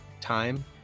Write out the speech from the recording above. time